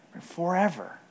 Forever